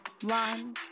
one